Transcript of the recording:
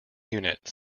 unit